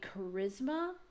charisma